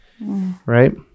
right